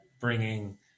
bringing